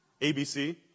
ABC